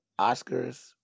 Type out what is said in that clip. Oscars